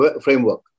framework